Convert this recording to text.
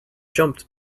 jumped